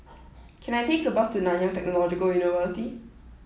can I take a bus to Nanyang Technological University